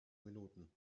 minuten